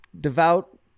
devout